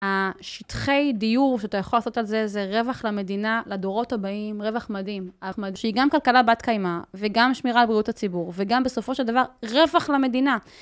השטחי דיור, שאתה יכול לעשות על זה, זה רווח למדינה, לדורות הבאים, רווח מדהים. שהיא גם כלכלה בת קיימא, וגם שמירה על בריאות הציבור, וגם בסופו של דבר רווח למדינה.